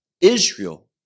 Israel